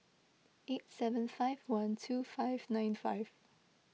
eight seven five one two five nine five